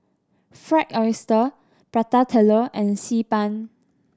Fried Oyster Prata Telur and Xi Ban